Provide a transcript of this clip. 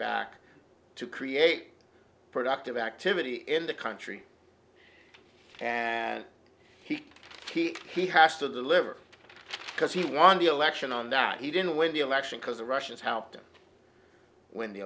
back to create productive activity in the country and he he has to deliver because he won the election on that he didn't win the election because the russians helped him win the